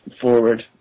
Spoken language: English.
forward